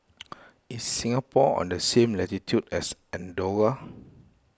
is Singapore on the same latitude as andorra